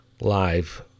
live